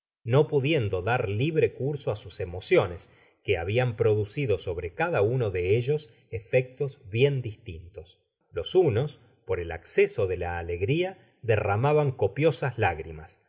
no pudiendo dar libre curso á sus emociones que habian producido sobre cada uno de ellos efeetos bien distintos los unos por el acceso de te alegria derramaban copiosas lágrimas